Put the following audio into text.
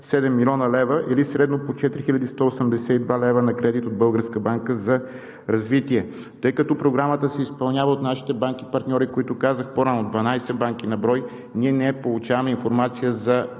млн. лв. или средно по 4182 лв. на кредит от Българска банка за развитие. Тъй като Програмата се изпълнява от нашите банки партньори, които казах по-рано – 12 броя банки, ние не получаваме информация за